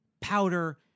powder